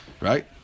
Right